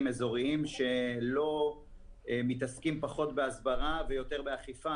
אזוריים שמתעסקים פחות בהסברה ויותר באכיפה.